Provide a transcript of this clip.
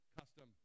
custom